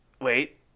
wait